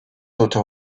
tote